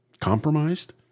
compromised